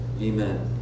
Amen